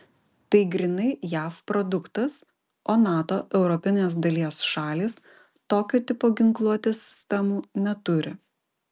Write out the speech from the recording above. tai grynai jav produktas o nato europinės dalies šalys tokio tipo ginkluotės sistemų neturi